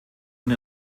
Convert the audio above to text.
und